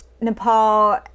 Nepal